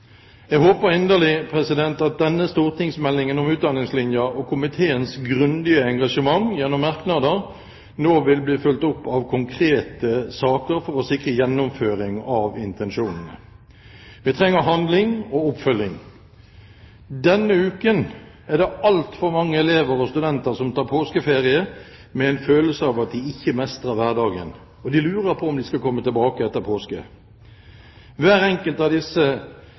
Jeg håper inderlig at denne stortingsmeldingen, Utdanningslinja, og komiteens grundige engasjement gjennom merknader nå vil bli fulgt opp med konkrete saker for å sikre gjennomføring av intensjonene. Vi trenger handling og oppfølging. Denne uken er det altfor mange elever og studenter som tar påskeferie med en følelse av at de ikke mestrer hverdagen, og de lurer på om de skal komme tilbake etter påske. Hver enkelt av disse